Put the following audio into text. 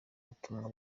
butumwa